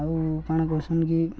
ଆଉ କ'ଣ କହିସନ୍ କି